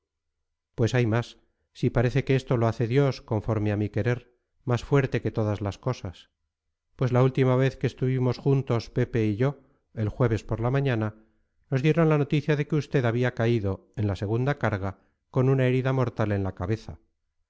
pues hay más si parece que esto lo hace dios conforme a mi querer más fuerte que todas las cosas pues la última vez que estuvimos juntos pepe y yo el jueves por la mañana nos dieron la noticia de que usted había caído en la segunda carga con una herida mortal en la cabeza